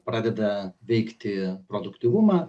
pradeda veikti produktyvumą